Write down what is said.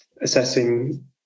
assessing